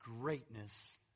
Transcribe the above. greatness